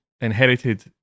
inherited